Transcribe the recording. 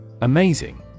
Amazing